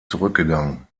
zurückgegangen